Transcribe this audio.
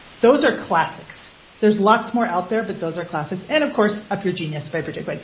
those are classics. there's lots more out there, but those are classics and of course a pure genius by project, like